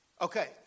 Okay